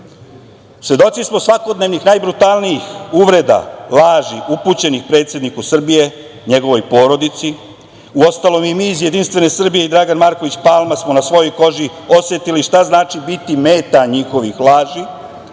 Srbije. Svedoci smo svakodnevnih najbrutalnijih uvreda, laži upućenih predsedniku Srbije i njegovoj porodici. Uostalom, i mi iz JS i Dragan Marković Palma smo na svojoj koži osetili šta znači biti meta njihovih laži